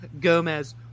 Gomez